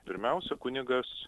pirmiausia kunigas